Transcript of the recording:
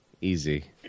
easy